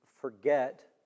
forget